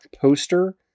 poster